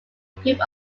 group